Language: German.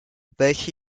welche